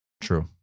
true